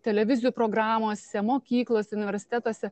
televizijų programose mokyklose universitetuose